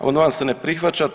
Amandman se ne prihvaća.